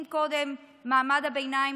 אם קודם מעמד הביניים,